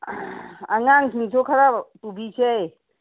ꯑꯉꯥꯡꯁꯤꯡꯁꯨ ꯈꯔ ꯄꯨꯕꯤꯁꯦ